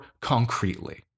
concretely